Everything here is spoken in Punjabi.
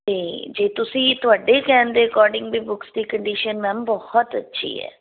ਅਤੇ ਜੇ ਤੁਸੀਂ ਤੁਹਾਡੇ ਕਹਿਣ ਦੇ ਅਕੋਡਿੰਗ ਵੀ ਬੁਕਸ ਦੀ ਕੰਡੀਸ਼ਨ ਮੈਮ ਬਹੁਤ ਅੱਛੀ ਹੈ